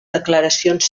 declaracions